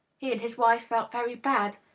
he and his wife felt very bad.